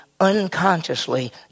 unconsciously